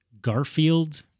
Garfield